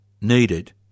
needed